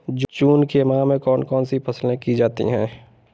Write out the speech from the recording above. जून के माह में कौन कौन सी फसलें की जाती हैं?